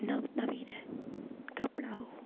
નવ નવીને કપડાઓ